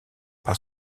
par